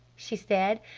she said,